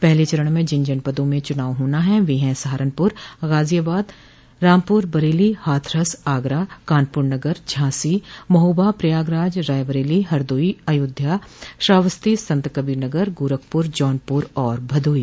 पहले चरण में जिन जनपदों में चुनाव होना है वे है सहारनपुर गाजियाबाद रामपुर बरेली हाथरस आगरा कानपुर नगर झांसी महोबा प्रयागराज रायबरेली हरदोई अयोध्या श्रावस्ती संतकबीरनगर गोरखपुर जौनपुर और भदोही